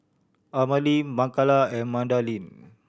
Amalie Makala and Madalynn